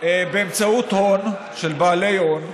באמצעות הון של בעלי הון,